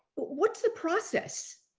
what's the process?